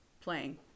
playing